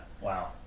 Wow